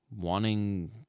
wanting